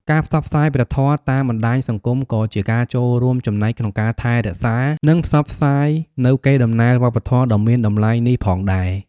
ការផ្សព្វផ្សាយព្រះធម៌តាមបណ្តាញសង្គមក៏ជាការចូលរួមចំណែកក្នុងការថែរក្សា និងផ្សព្វផ្សាយនូវកេរដំណែលវប្បធម៌ដ៏មានតម្លៃនេះផងដែរ។